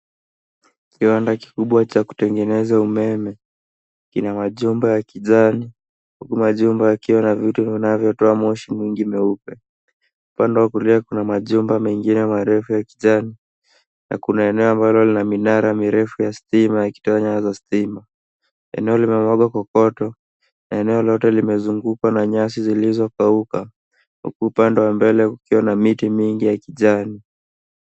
Kiwanda kikubwa cha kutengeneza umeme kina majumba ya kijani huku majumba yakiwa na vitu vinavyotoa moshi mwingi mweupe. Upande wa kulia kuna majumba mengine marefu ya kijani na kuna eneo ambalo lina minara mirefu ya stima yakitoa nyaya za stima. Eneo limemwaga kokoto na eneo lote limezungukwa na nyasi zilizokauka huku upande wa mbele kukiwa na miti mingi ya kijani.